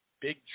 big